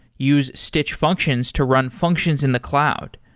use stitch functions to run functions in the cloud.